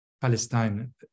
Palestine